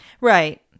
Right